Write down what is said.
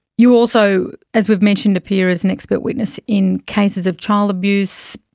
you also, as we've mentioned, appear as an expert witness in cases of child abuse,